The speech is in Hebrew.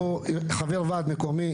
חבר ועד מקומי,